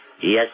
Yes